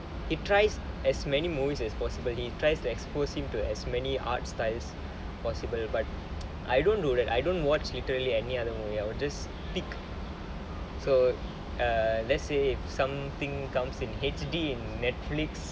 he tries as many movies as possibly he tries to expose him to as many art styles possible but I don't do that I don't watch literally any other movie I will just pick so err let's say if something comes in H_D Netflix